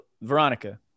Veronica